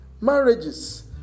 Marriages